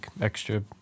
extra